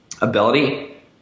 ability